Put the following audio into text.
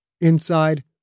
Inside